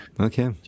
Okay